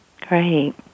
Great